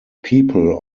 people